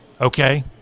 okay